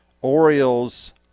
Orioles